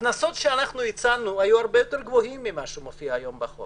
הקנסות שאנחנו הצענו היו הרבה יותר גבוהים ממה שמופיע היום בחוק.